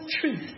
truth